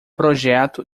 projeto